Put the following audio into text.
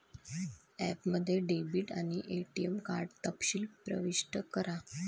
ॲपमध्ये डेबिट आणि ATM card तपशील प्रविष्ट करा